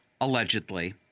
allegedly